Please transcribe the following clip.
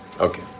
Okay